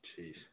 Jeez